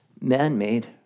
man-made